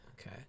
Okay